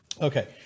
Okay